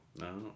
No